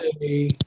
say